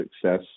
success